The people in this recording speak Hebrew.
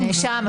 הנאשם,